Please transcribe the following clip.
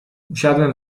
usiadłem